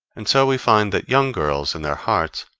and so we find that young girls, in their hearts,